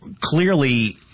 clearly